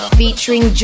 featuring